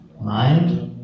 mind